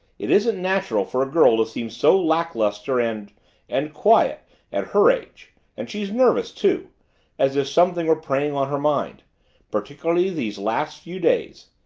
it isn't natural for a girl to seem so lackluster and and quiet at her age and she's nervous, too as if something were preying on her mind particularly these last few days.